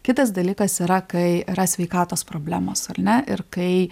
kitas dalykas yra kai yra sveikatos problemos ar ne ir kai